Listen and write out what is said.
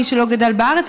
מי שלא גדל בארץ,